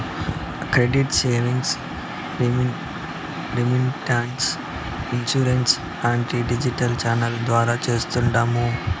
credit savings, remittance, insurance లాంటివి digital ఛానెల్ల ద్వారా చేస్తాండాము